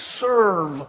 serve